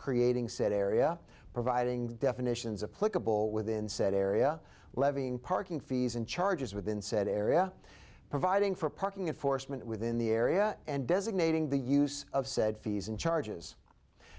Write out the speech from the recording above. creating said area providing definitions of political within said area levying parking fees and charges within said area providing for parking enforcement within the area and designating the use of said fees and charges